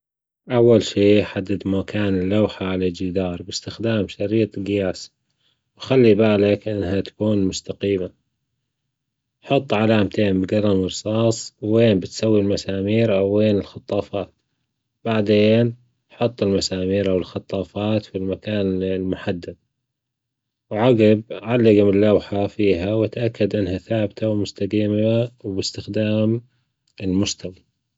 أول شي حدد مكان اللوحة على الجدار بإستخدام شريط جياس، وخلي بالك إنها تكون مستقيمة، حط علامتين بجلم رصاص وين بتسوي المسامير أو وين الخطافات، بعدين حط المسامير أو الخطافات في المكان المحدد وعجب علقه باللوحة فيها وإتأكد إنها ثابتة ومستديمة وبإستخدام المستوي.